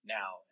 now